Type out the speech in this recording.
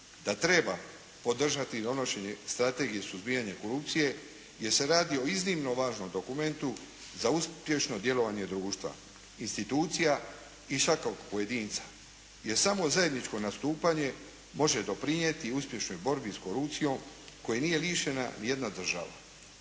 da treba podržati donošenje strategije suzbijanja korupcije jer se radi o iznimno važnom dokumentu za uspješno djelovanje društva, institucija i svakog pojedinca. Jer samo zajedničko nastupanje može doprinijeti i uspješnoj borbi s korupcijom koje nije lišena ni jedna država.